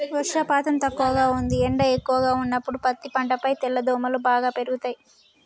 వర్షపాతం తక్కువగా ఉంది ఎండ ఎక్కువగా ఉన్నప్పుడు పత్తి పంటపై తెల్లదోమలు బాగా పెరుగుతయి